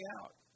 out